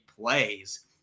plays